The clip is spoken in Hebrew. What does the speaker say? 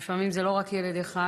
לפעמים זה לא רק ילד אחד,